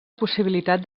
possibilitat